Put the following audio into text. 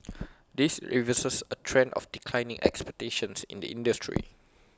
this reverses A trend of declining expectations in the industry